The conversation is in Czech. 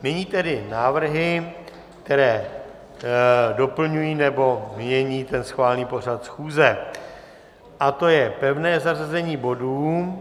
Nyní tedy návrhy, které doplňují nebo mění schválený pořad schůze, a to je pevné zařazení bodů.